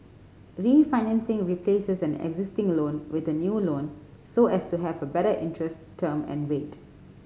refinancing replaces an existing loan with a new loan so as to have a better interest term and rate